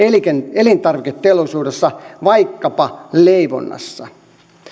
elintarviketeollisuudessa vaikkapa leivonnassa